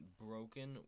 broken